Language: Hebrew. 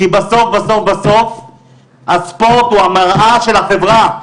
כי בסוף בסוף הספורט הוא המראה של החברה.